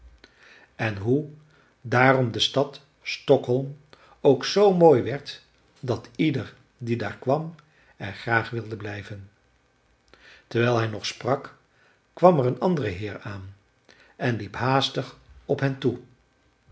en hoe daarom de stad stockholm ook z mooi werd dat ieder die daar kwam er graag wilde blijven terwijl hij nog sprak kwam er een andere heer aan en liep haastig op hen toe